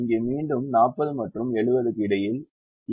இங்கே மீண்டும் 40 மற்றும் 70 க்கு இடையில் இரண்டு ஏற்றத்தாழ்வுகள் உள்ளன